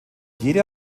jede